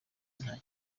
nta